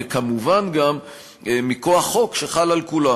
וכמובן גם מכוח חוק שחל על כולם.